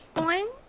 point